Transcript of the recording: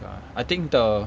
I think the